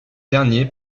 derniers